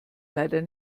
leider